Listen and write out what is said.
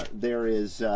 there is